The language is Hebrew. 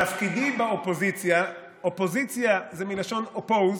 תפקידי באופוזיציה, אופוזיציה זה מלשון oppose,